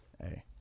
Hey